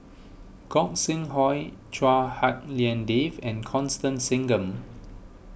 Gog Sing Hooi Chua Hak Lien Dave and Constance Singam